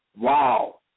Wow